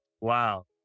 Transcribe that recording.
Wow